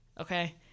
okay